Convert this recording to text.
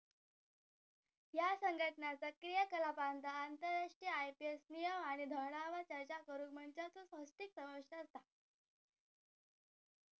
ह्या संघटनाचा क्रियाकलापांत आंतरराष्ट्रीय आय.पी नियम आणि धोरणांवर चर्चा करुक मंचांचो होस्टिंग समाविष्ट असता